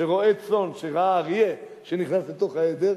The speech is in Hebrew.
שרועה צאן שראה אריה שנכנס לתוך העדר,